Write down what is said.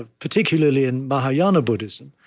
ah particularly in mahayana buddhism,